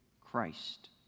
Christ